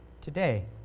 today